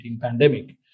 pandemic